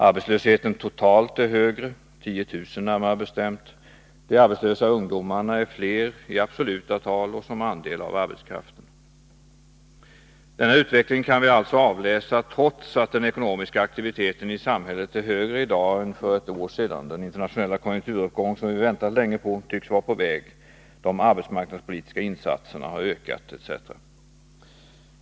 Arbetslösheten totalt är högre, 10 000 närmare bestämt, och de arbetslösa ungdomarna är fler i absoluta tal och som andel av arbetskraften. Denna utveckling kan vi avläsa trots att den ekonomiska aktiviteten i samhället är större i dag än den var för ett år sedan. Den internationella konjunkturuppgång som vi länge väntat på tycks vara på väg och de arbetsmarknadspolitiska insatserna har ökat.